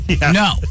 no